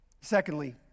Secondly